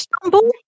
stumble